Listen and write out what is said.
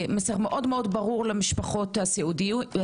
מסר מאוד מאוד ברור למשפחות הסיעודיות,